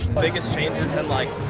biggest changes in like,